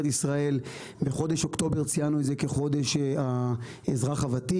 ישראל בחודש אוקטובר ציינו את זה כחודש האזרח הוותיק.